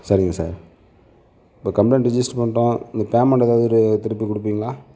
சரிங்க சார் இப்போ complaint register பண்ணுறேன் நீங்கள் பேமெண்ட் எதாவது திருப்பி கொடுப்பீங்ளா